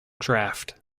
draft